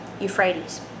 Euphrates